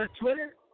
Twitter